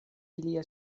ilia